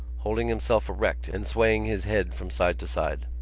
holding himself erect and swaying his head from side to side.